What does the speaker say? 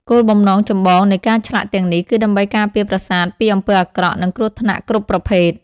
គោលបំណងចម្បងនៃការឆ្លាក់ទាំងនេះ គឺដើម្បីការពារប្រាសាទពីអំពើអាក្រក់ និងគ្រោះថ្នាក់គ្រប់ប្រភេទ។